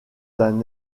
d’un